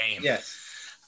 Yes